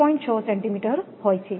6 centimetre હોય છે